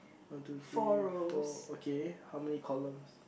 one two three four okay how many columns